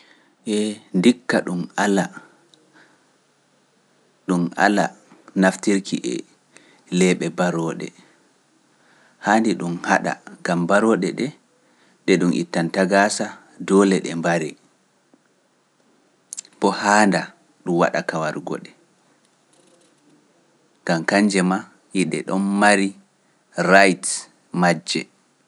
Ee ndikka ɗum ala naftirki e leeɓe barooɗe, haandi ɗum haɗa, gam barooɗe ɗe ɗe ɗum ittanta gaasa doole ɗe mbari, bo haanda ɗum waɗa ka warugo ɗe, gam kanje maa ede ɗon mari right majje.